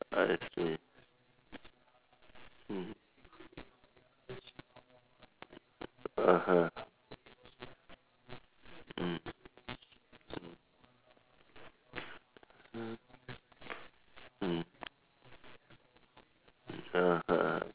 I see hmm (uh huh) mm mm mm (uh huh)